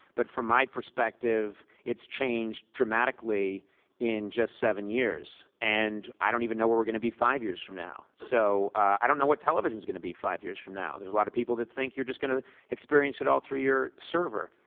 but from my perspective, it's changed dramatically in just seven years. and i don't even know where we're going to be five years from now. so i don't know what television's going to be five years from now. there's a lot of people who think you're just going to experience it all through your server.